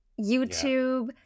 YouTube